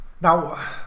now